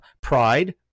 Pride